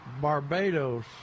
Barbados